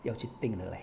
要去订的 leh